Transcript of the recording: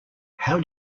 how